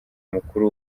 mukuru